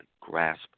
grasp